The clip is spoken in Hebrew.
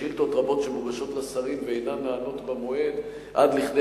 שאילתות רבות מוגשות לשרים ואינן נענות במועד עד כדי